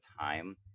time